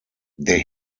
der